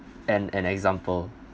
an an example